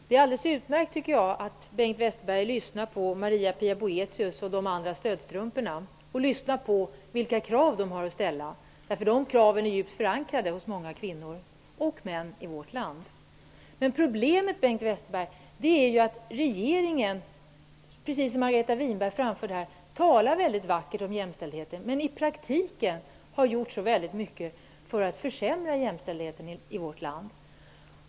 Fru talman! Det är alldeles utmärkt att Bengt Westerberg lyssnar på de krav som Maria-Pia Boe thius och de andra stödstrumporna ställer. De kraven är djupt förankrade hos många kvinnor -- och män -- i vårt land. Problemet är att regeringen talar vackert om jämställdheten men i praktiken har gjort mycket för att försämra den.